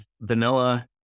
vanilla